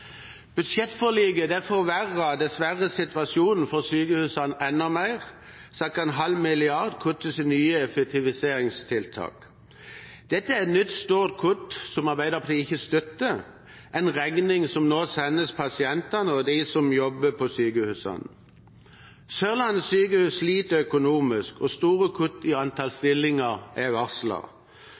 Budsjettforliket forverret dessverre situasjonen for sykehusene enda mer. Cirka en halv milliard kuttes i nye effektiviseringstiltak. Dette er et nytt storkutt som Arbeiderpartiet ikke støtter – en regning som nå sendes pasientene og dem som jobber på sykehusene. Sørlandet sykehus sliter økonomisk, og store kutt i antall stillinger er